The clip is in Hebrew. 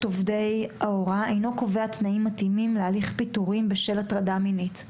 עובדי ההוראה אינו קובע תנאים מתאימים להליך פיטורים בשל הטרדה מינית.